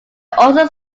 also